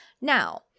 now